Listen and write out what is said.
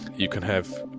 you can have